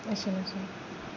एसेनोसै